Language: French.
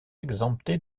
exemptées